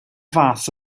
fath